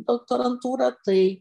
doktorantūrą tai